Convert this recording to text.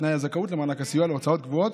נקבע שאחד מתנאי הזכאות למענק הסיוע להוצאות קבועות